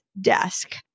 desk